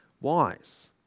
wise